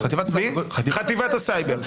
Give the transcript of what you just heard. חטיבת הסייבר.